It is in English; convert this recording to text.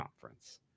conference